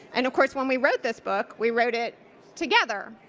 and course when we wrote this book, we wrote it together.